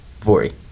Vori